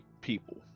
people